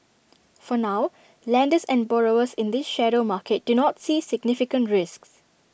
for now lenders and borrowers in this shadow market do not see significant risks